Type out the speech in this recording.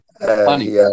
funny